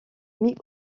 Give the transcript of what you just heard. mis